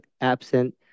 absent